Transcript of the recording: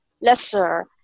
lesser